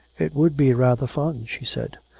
it would be rather fun she said.